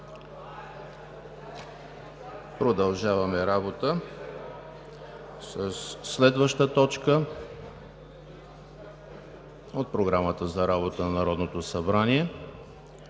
Продължаваме със следващата точка от Програмата за работа на Народното събрание: